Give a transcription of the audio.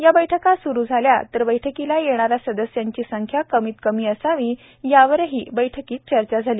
या बैठका स्रु झाल्या तर बैठकीला येणाऱ्या सदस्यांची संख्या कमीत कमी असावी यावरही बैठकीत चर्चा झाली